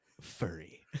furry